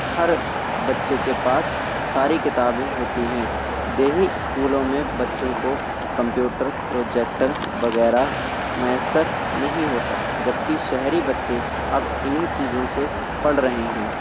ہر بچے کے پاس ساری کتابیں ہوتی ہیں دیہی اسکولوں میں بچوں کو کمپیوٹر پروجیکٹر وغیرہ میسر نہیں ہوتا جبکہ شہری بچے اب انہیں چیزوں سے پڑھ رہے ہیں